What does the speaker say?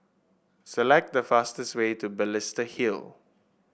select the fastest way to Balestier Hill